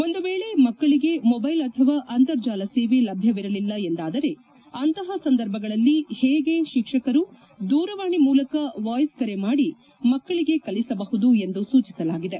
ಒಂದು ವೇಳೆ ಮಕ್ಕಳಿಗೆ ಮೊಬ್ನೆಲ್ ಅಥವಾ ಅಂತರ್ಜಾಲ ಸೇವೆ ಲಭ್ಯವಿರಲಿಲ್ಲ ಎಂದಾದರೆ ಅಂತಪ ಸಂದರ್ಭಗಳಲ್ಲಿ ಹೇಗೆ ತಿಕ್ಕಕರು ದೂರವಾಣಿ ಮೂಲಕ ವಾಯ್ ಕೆರೆ ಮಾಡಿ ಮಕ್ಕಳಿಗೆ ಕಲಿಸಬಹುದು ಎಂದು ಸೂಚಿಸಲಾಗಿದೆ